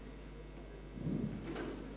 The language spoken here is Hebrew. בבקשה.